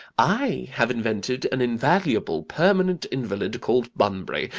i have invented an invaluable permanent invalid called bunbury,